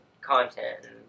content